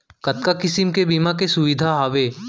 कतका किसिम के बीमा के सुविधा हावे?